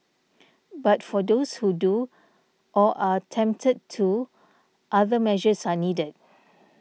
but for those who do or are tempted to other measures are needed